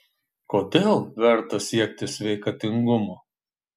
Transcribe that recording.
kodėl verta siekti sveikatingumo